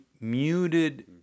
muted